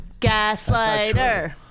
gaslighter